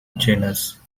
genus